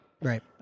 Right